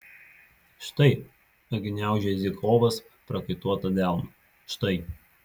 štai atgniaužia zykovas prakaituotą delną štai